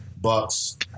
Bucks